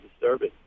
disturbing